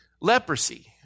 Leprosy